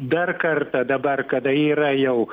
dar kartą dabar kada yra jau